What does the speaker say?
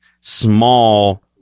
small